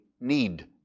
need